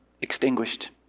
extinguished